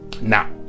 now